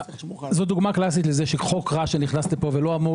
זו דוגמה קלאסית לכך שחוק רע נכנס לכאן ולא אמור